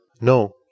No